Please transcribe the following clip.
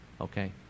Okay